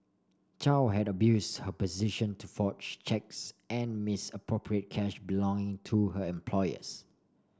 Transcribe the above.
Chow had abuse her position to forge cheques and misappropriate cash belonging to her employers